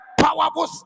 powerful